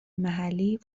محلی